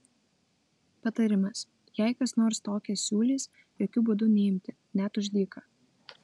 patarimas jei kas nors tokią siūlys jokiu būdu neimti net už dyką